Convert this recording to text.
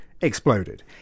exploded